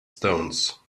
stones